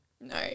No